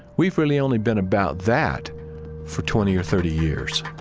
we've really only been about that for twenty or thirty years